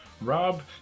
Rob